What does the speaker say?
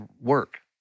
work